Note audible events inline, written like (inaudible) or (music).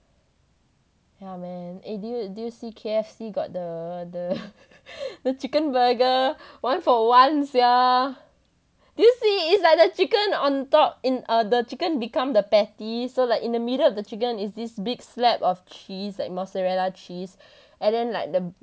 yeah man eh did you did you see K_F_C got the the (laughs) the chicken burger one for one sia did you see it's like the chicken on top in err the chicken become the patty so like in the middle of the chicken is this big slab of cheese like mozzarella cheese and then like the